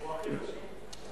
הוא הכי חשוב.